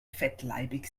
fettleibig